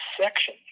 section